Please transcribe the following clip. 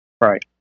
Right